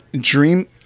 Dream